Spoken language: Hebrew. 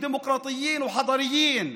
דמוקרטיים ותרבותיים,